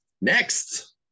Next